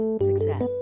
success